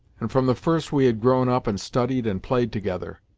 and from the first we had grown up and studied and played together.